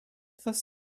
was